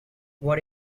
what